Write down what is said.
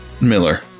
Miller